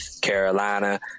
Carolina